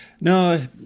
No